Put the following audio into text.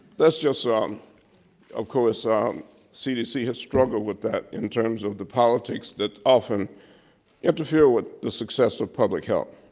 that's just um of course um cdc has struggled with that in terms of the politics that often interfere with the success of public health.